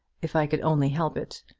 if i could only help it.